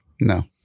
no